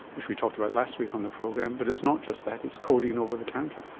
which we talked about last week on the program, but it's not just that, it's codeine over the counter.